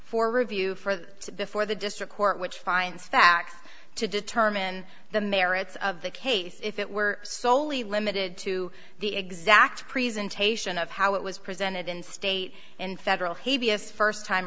for review for the before the district court which finds facts to determine the merits of the case if it were soley limited to the exact presentation of how it was presented in state and federal hey vs first time